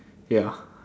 ya